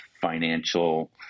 financial